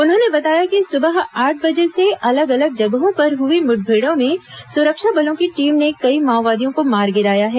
उन्होंने बताया कि सुबह आठ बजे से अलग अलग जगहों पर हई मुठभेड़ों में सुरक्षा बलों की टीम ने कई माओवादियों को मार गिराया है